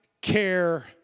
care